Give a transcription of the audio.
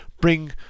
Bring